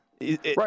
Right